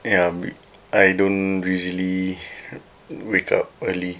ya I don't really wake up early